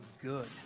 good